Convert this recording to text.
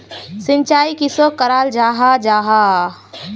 सिंचाई किसोक कराल जाहा जाहा?